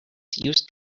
used